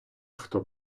хто